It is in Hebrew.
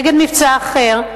נגד מבצע אחר.